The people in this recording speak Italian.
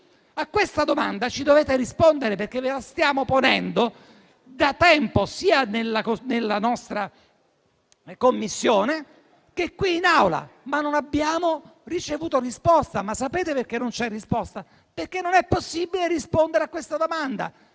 A questa domanda ci dovete rispondere, perché la stiamo ponendo da tempo, sia in sede di Commissione sia qui in Aula, ma non abbiamo ricevuto risposta e sapete perché non c'è risposta? Perché non è possibile rispondere a questa domanda,